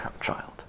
child